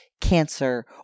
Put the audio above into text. cancer